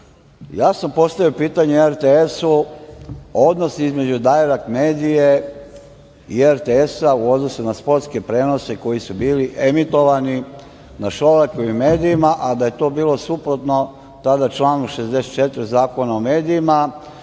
ja sam postavio pitanje RTS-u o odnosu između „Dajrekt medije“ i RTS-a u odnosu na sportske prenose koji su bili emitovani na Šolakovim medijima, a da je to bilo suprotno tada članu 64. Zakona o medijima,